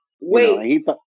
wait